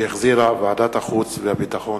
שהחזירה ועדת החוץ והביטחון.